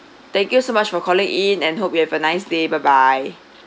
thank you so much for calling in and hope you have a nice day bye bye